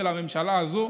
של הממשלה הזאת הוא